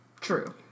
True